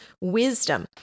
wisdom